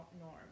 norm